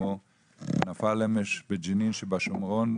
שנפל אמש בג'נין שבשומרון,